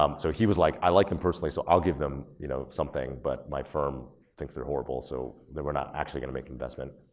um so he was like, i like them personally, so i'll give them you know something, but my firm thinks they're horrible so they were not actually gonna make an investment.